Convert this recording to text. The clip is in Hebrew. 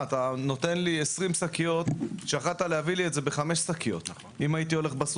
אני חושב, שמה שנגרם מהחוק הזה,